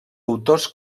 autors